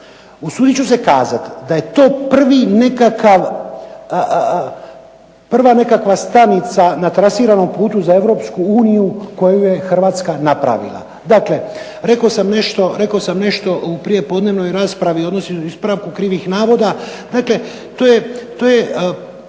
Usudit ću se kazat da je to prva nekakva stanica na trasiranom putu za Europsku uniju koju je Hrvatska napravila. Dakle, rekao sam nešto u prijepodnevnoj raspravi, odnosno ispravku krivih navoda, dakle to je